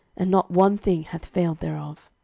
and not one thing hath failed thereof.